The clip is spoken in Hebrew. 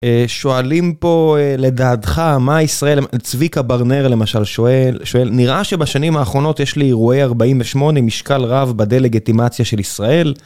שואלים פה, לדעתך, מה ישראל... צביקה ברנר למשל שואל, נראה שבשנים האחרונות יש לאירועי 48 משקל רב בדה-לגיטימציה של ישראל.